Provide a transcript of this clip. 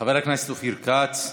חבר הכנסת אופיר כץ.